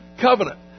covenant